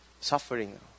suffering